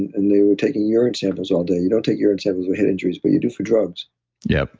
and and they were taking urine samples all day. you don't take urine samples with head injuries, but you do for drugs yeah,